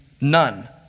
none